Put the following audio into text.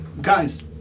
Guys